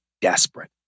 desperate